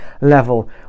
level